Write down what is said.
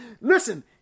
listen